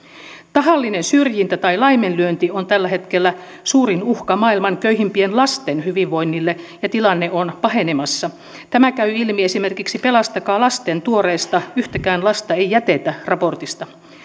tahallinen syrjintä tai laiminlyönti on tällä hetkellä suurin uhka maailman köyhimpien lasten hyvinvoinnille ja tilanne on pahenemassa tämä käy ilmi esimerkiksi pelastakaa lasten tuoreesta yhtäkään lasta ei jätetä raportista